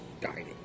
dining